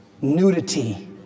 nudity